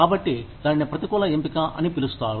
కాబట్టి దానిని ప్రతికూల ఎంపిక అని పిలుస్తారు